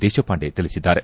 ದೇಶಪಾಂಡೆ ತಿಳಿಸಿದ್ದಾರೆ